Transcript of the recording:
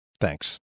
Thanks